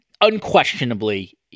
unquestionably